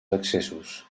excessos